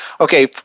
Okay